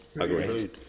Agreed